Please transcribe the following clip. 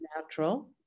natural